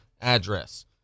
address